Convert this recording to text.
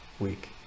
week